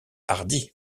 hardi